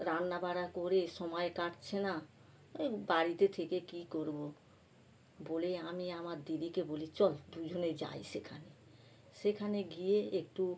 রান্নাবাড়া করে সময় কাটছে না এ বাড়িতে থেকে কী করবো বলে আমি আমার দিদিকে বলি চল দুজনে যাই সেখানে সেখানে গিয়ে একটু